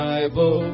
Bible